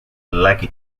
lucky